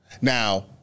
Now